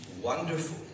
wonderful